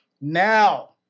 Now